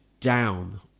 down